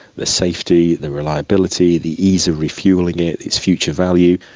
the safety, the reliability, the ease of refuelling it, its future value,